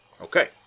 Okay